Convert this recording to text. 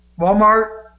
Walmart